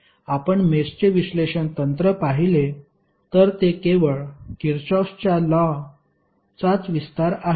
आपण मेषचे विश्लेषण तंत्र पाहिले तर ते केवळ किरचॉफच्या लॉ चाच विस्तार आहे